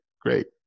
great